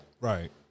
Right